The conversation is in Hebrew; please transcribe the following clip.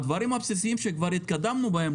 הדברים הבסיסיים שכבר התקדמנו בהם,